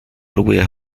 próbuje